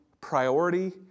priority